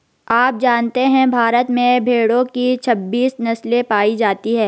आप जानते है भारत में भेड़ो की छब्बीस नस्ले पायी जाती है